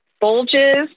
Bulges